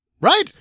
Right